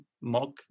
mock